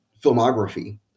filmography